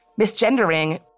misgendering